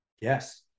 Yes